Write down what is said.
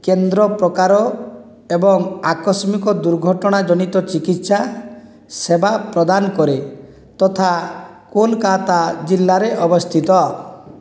କେନ୍ଦ୍ର ପ୍ରକାର ଏବଂ ଆକସ୍ମିକ ଦୁର୍ଘଟଣାଜନିତ ଚିକିତ୍ସା ସେବା ପ୍ରଦାନ କରେ ତଥା କୋଲକାତା ଜିଲ୍ଲାରେ ଅବସ୍ଥିତ